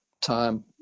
time